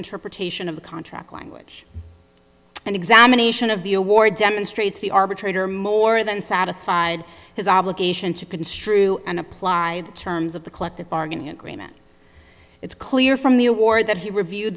interpretation of the contract language and examination of the award demonstrates the arbitrator more than satisfied his obligation to construe and apply the terms of the collective bargaining agreement it's clear from the award that he review